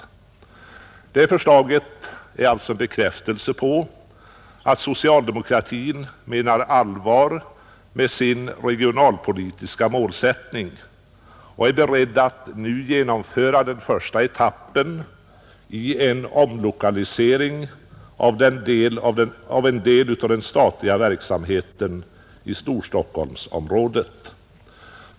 Detta förslag är en bekräftelse på att socialdemokratin menar allvar med sin regionalpolitiska målsättning och alltså är beredd att nu genomföra den första etappen i en omlokalisering av en del av den statliga verksamheten i Storstockholmsområdet.